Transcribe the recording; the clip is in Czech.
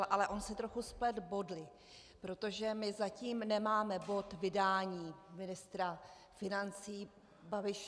Ale on si trochu spletl body, protože my zatím nemáme bod vydání ministra financí Babiše.